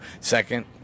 second